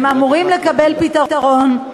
הם אמורים לקבל פתרון.